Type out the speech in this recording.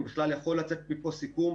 אם בכלל יכול לצאת מפה סיכום,